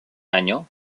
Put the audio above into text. año